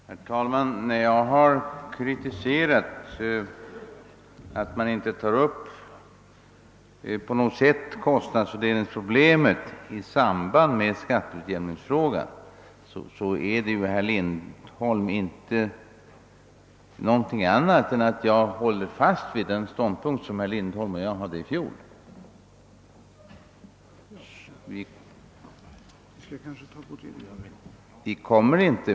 Herr talman! Jag vill säga till herr Lindholm att när jag kritiserar att man inte på något sätt har tagit upp kostnadsfördelningsproblemet i samband med = skatteutjämningsfrågan innebär det att jag håller fast vid den ståndpunkt som herr Lindholm och jag intog i fjol.